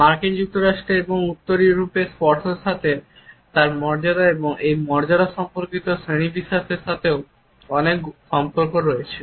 মার্কিন যুক্তরাষ্ট্রে এবং উত্তর ইউরোপে স্পর্শের সাথে তার মর্যাদা এবং এই মর্যাদা সম্পর্কিত শ্রেণিবিন্যাসের সাথেও অনেক সম্পর্ক রয়েছে